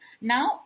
Now